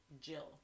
Jill